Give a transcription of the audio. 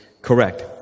correct